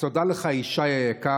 אז תודה לך, ישי היקר.